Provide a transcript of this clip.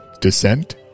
descent